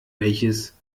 welches